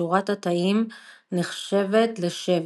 שורת התאים נחשבת לשבט,